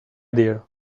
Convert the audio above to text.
dear